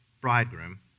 bridegroom